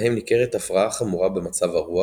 בהם ניכרת הפרעה חמורה במצב הרוח,